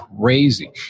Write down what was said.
crazy